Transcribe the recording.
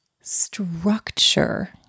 structure